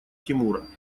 тимура